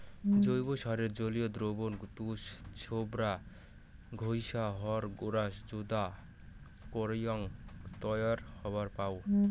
জৈব সারের জলীয় দ্রবণ তুষ, ছোবড়া, ঘইষা, হড় গুঁড়া যুদা করিয়াও তৈয়ার হবার পায়